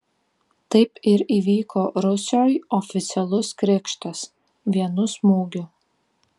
taip ir įvyko rusioj oficialus krikštas vienu smūgiu